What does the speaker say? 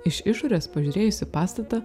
iš išorės pažiūrėjus į pastatą